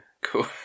Cool